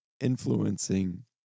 influencing